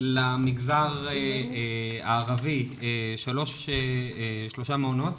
למגזר הערבי יש שלושה מעונות,